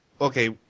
Okay